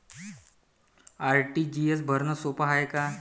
RTGS भरनं सोप हाय का?